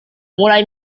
mulai